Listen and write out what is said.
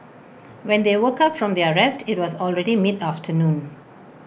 when they woke up from their rest IT was already mid afternoon